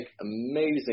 amazing